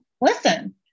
listen